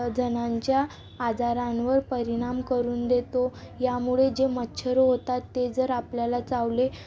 जणांच्या आजारांवर परिणाम करून देतो यामुळे जे मच्छरं होतात ते जर आपल्याला चावले